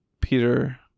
peter